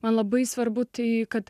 man labai svarbu tai kad